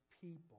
people